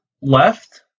left